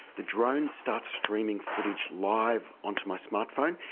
the drone starts streaming footage live onto my smartphone.